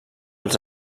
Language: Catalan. als